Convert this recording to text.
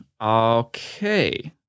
okay